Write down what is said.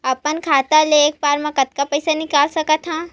अपन खाता ले एक बार मा कतका पईसा निकाल सकत हन?